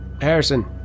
Harrison